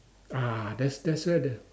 ah that's that's where the